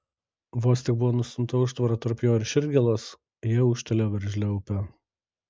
vos tik buvo nustumta užtvara tarp jo ir širdgėlos jie ūžtelėjo veržlia upe